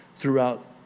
throughout